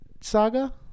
Saga